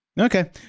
Okay